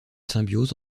symbiose